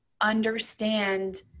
understand